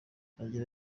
agira